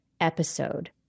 episode